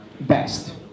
best